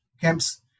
camps